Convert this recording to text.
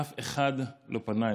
אף אחד לא פנה אלינו.